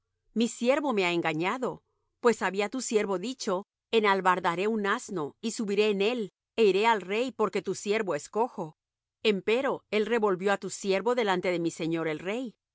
mi siervo me ha engañado pues había tu siervo dicho enalbardaré un asno y subiré en él é iré al rey porque tu siervo es cojo empero él revolvió á tu siervo delante de mi señor el rey mas